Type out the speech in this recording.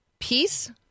peace